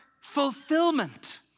fulfillment